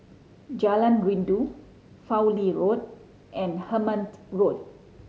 Jalan Rindu Fowlie Road and Hemmant Road